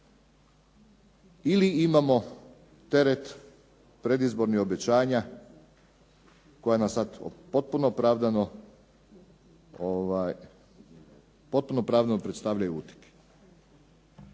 ili imamo teret predizbornih obećanja koja nas sad potpuno opravdano predstavljaju